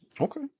Okay